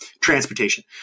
transportation